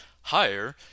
higher